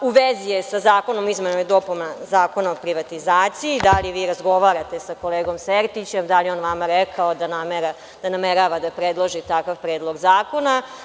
U vezi je sa Zakonom o izmenama i dopunama Zakona o privatizaciji, da li vi razgovarate sa kolegom Sertićem, da li je on vama rekao da namerava da predloži takav predlog zakona?